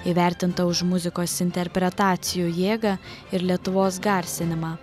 įvertinta už muzikos interpretacijų jėgą ir lietuvos garsinimą